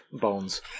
bones